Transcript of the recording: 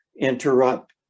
interrupt